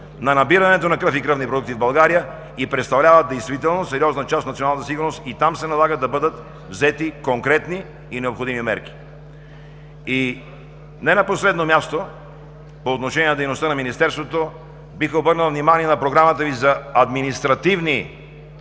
на набирането на кръв и кръвни продукти в България и представлява действително сериозна част от националната сигурност. Там се налага да бъдат взети конкретни и необходими мерки. И не на последно място, по отношение на дейността на Министерството, бих обърнал внимание на Програмата Ви за административни